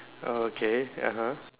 oh okay (uh huh)